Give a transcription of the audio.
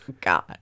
god